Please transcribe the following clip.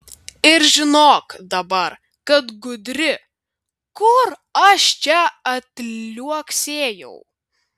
ir žinok dabar kad gudri kur aš čia atliuoksėjau